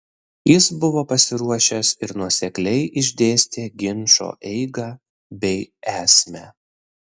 jis buvo pasiruošęs ir nuosekliai išdėstė ginčo eigą bei esmę